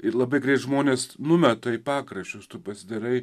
ir labai greit žmonės numeta į pakraščius tu pasidarai